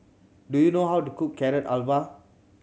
do you know how to cook Carrot Halwa